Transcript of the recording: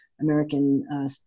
American